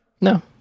no